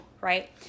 right